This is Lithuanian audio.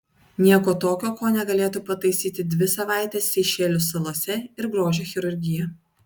nieko tokio ko negalėtų pataisyti dvi savaitės seišelių salose ir grožio chirurgija